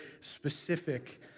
specific